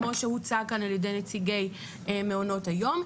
כמו שהוצג כאן על ידי נציגי מעונות היום.